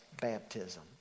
baptism